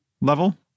level